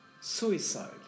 Suicide